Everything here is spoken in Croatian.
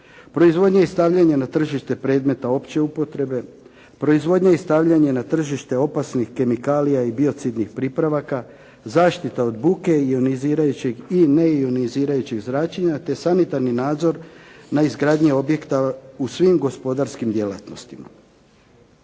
proizvodnja i stavljanje na tržite predmeta opće upotrebe, proizvodnja i stavljanje na tržište opasnih kemikalija biocidnih pripravaka, zaštita od buke i ionizirajućeg i neionizirajućeg zračenja, te sanitarni nadzor na izgradnji objekta u svim gospodarskim djelatnostima.